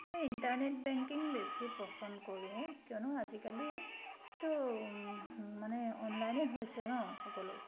মই internet banking বেছি পচন্দ কৰোঁ কিয়নো আজিকালিতো মানে অনলাইনে হৈছে নহ্ সকলো